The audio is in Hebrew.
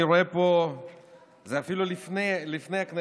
אני רואה פה שזה אפילו לפני הכנסת,